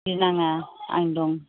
गिनाङा आं दं